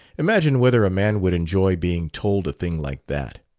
imagine whether a man would enjoy being told a thing like that.